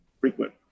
frequent